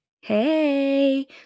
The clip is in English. hey